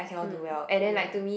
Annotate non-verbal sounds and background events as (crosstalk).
(noise) mm ya